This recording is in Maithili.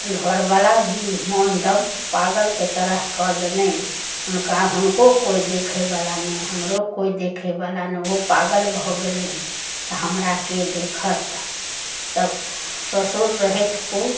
घरवला भी मोन दब पागलके तरह कऽ देलनि हुनका हुनको कोइ देखैवला नहि हमरो कोइ देखैवला नहि ओहो पागल भऽ गेलनि तऽ हमरा के देखत तब ससुर रहथि ओ